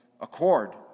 accord